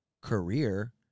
career